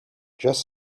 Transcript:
just